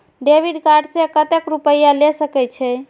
Debit card से कतेक रूपया ले सके छै?